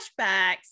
flashbacks